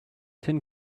tin